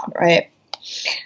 right